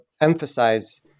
emphasize